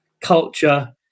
culture